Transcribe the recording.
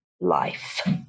life